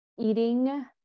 eating